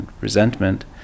resentment